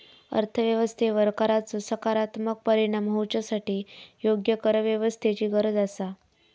अर्थ व्यवस्थेवर कराचो सकारात्मक परिणाम होवच्यासाठी योग्य करव्यवस्थेची गरज आसा